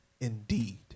indeed